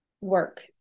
work